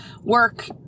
work